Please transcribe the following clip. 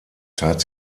tat